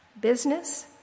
business